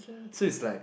so is like